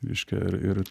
reiškia ir ir